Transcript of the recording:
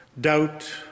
Doubt